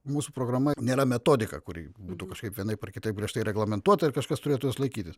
mūsų programa nėra metodika kuri būtų kažkaip vienaip ar kitaip griežtai reglamentuota ir kažkas turėtų jos laikytis